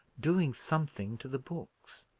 doing something to the books.